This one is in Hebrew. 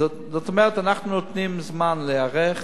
זאת אומרת, אנחנו נותנים זמן להיערך,